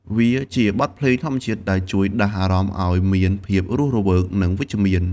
វាជាបទភ្លេងធម្មជាតិដែលជួយដាស់អារម្មណ៍ឱ្យមានភាពរស់រវើក និងវិជ្ជមាន។